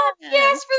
Yes